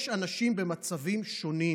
יש אנשים במצבים שונים,